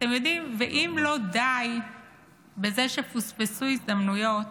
ואם לא די בזה שפוספסו הזדמנויות,